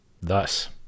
Thus